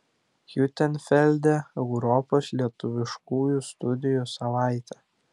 hiutenfelde europos lietuviškųjų studijų savaitė